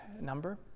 number